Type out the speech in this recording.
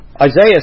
Isaiah